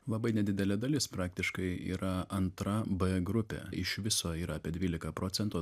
labai nedidelė dalis praktiškai yra antra b grupė iš viso yra apie dvylika procentų